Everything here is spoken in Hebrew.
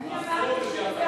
אינו נוכח,